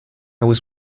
was